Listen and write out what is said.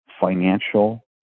financial